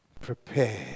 Prepare